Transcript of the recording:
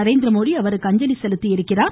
நரேந்திரமோடி அவருக்கு அஞ்சலி செலுத்தியுள்ளார்